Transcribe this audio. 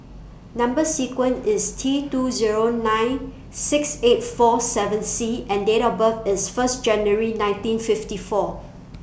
Number sequence IS T two Zero nine six eight four seven C and Date of birth IS First January nineteen fifty four